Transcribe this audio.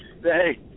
hey